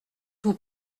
vous